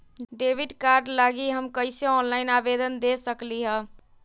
Debit card लागी हम कईसे ऑनलाइन आवेदन दे सकलि ह?